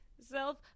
self